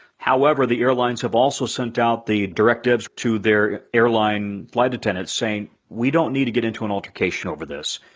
servicehowever, the airlines have also sent out the directive to their airline flight attendants saying, we don't need to get into an altercation over this.